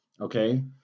okay